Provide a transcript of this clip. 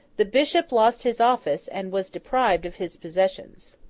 the bishop lost his office, and was deprived of his possessions.